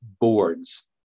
boards